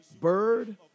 Bird